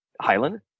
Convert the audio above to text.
Highland